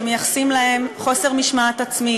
שמייחסים להם חוסר משמעת עצמית,